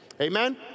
Amen